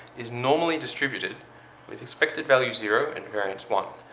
is normally distributed with expected value zero and variance one,